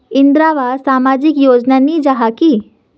इंदरावास सामाजिक योजना नी जाहा की?